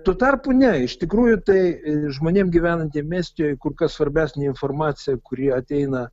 tuo tarpu ne iš tikrųjų tai žmonėm gyvenantiem estijoj kur kas svarbesnė informacija kuri ateina